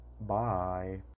bye